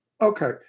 Okay